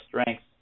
strength